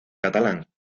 catalán